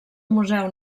museu